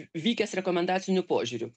vykęs rekomendaciniu požiūriu